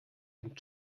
dem